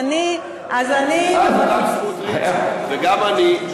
גם חבר הכנסת סמוטריץ וגם אני,